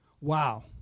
Wow